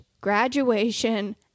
Graduation